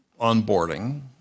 onboarding